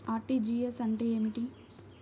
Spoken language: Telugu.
అర్.టీ.జీ.ఎస్ అంటే ఏమిటి?